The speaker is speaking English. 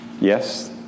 Yes